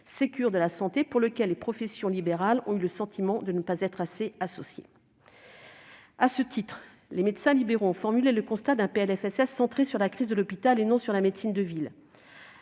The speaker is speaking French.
Ségur de la santé, auquel les professions libérales ont eu le sentiment de ne pas être assez associées. À ce titre, les médecins libéraux ont formulé le constat d'un PLFSS centré sur la crise de l'hôpital et non sur la médecine de ville.